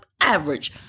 average